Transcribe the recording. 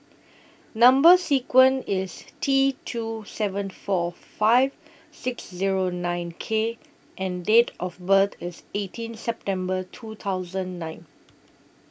Number sequence IS T two seven four five six Zero nine K and Date of birth IS eighteen September two thousand nine